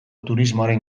turismoaren